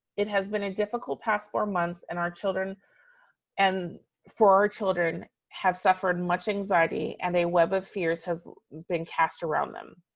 it has been a difficult past four months and our children and, for our children have suffered much anxiety and a web of fears has been cast around them.